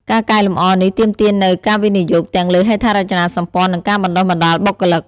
ការកែលម្អនេះទាមទារនូវការវិនិយោគទាំងលើហេដ្ឋារចនាសម្ព័ន្ធនិងការបណ្តុះបណ្តាលបុគ្គលិក។